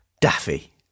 Daffy